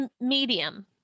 medium